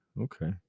Okay